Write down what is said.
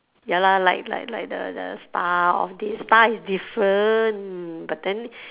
ya lah like like like the the star of this star is different but then